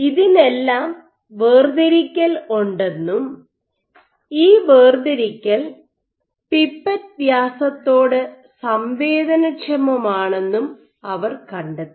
ഇതിനെല്ലാം വേർതിരിക്കൽ ഉണ്ടെന്നും ഈ വേർതിരിക്കൽ പിപ്പറ്റ് വ്യാസത്തോട് സംവേദനക്ഷമമാണെന്നും അവർ കണ്ടെത്തി